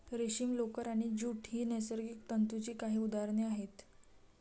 रेशीम, लोकर आणि ज्यूट ही नैसर्गिक तंतूंची काही उदाहरणे आहेत